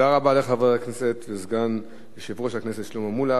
תודה רבה לחבר הכנסת וסגן יושב-ראש הכנסת שלמה מולה.